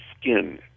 skin